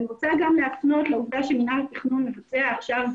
אני רוצה להפנות לעובדה שמינהל התכנון מבצע עכשיו,